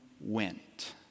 went